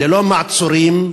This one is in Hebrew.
ללא מעצורים.